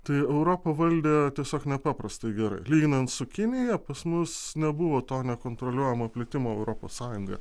tai europa valdė tiesiog nepaprastai gerai lyginant su kinija pas mus nebuvo to nekontroliuojamo plitimo europos sąjungoje